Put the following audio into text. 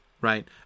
right